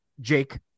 jake